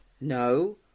No